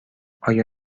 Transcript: آیا